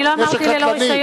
אני לא אמרתי ללא רשיון,